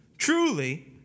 Truly